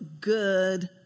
good